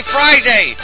Friday